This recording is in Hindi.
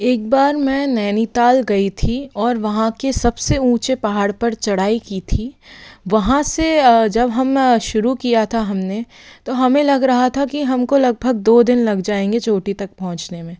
एक बार मैं नैनीताल गई थी और वहाँ के सबसे ऊँचे पहाड़ पर चढ़ाई की थी वहाँ से जब हम शुरू किया था हमने तो हमें लग रहा था कि हमको लगभग दो दिन लग जाएंगे चोटी तक पहुँचने में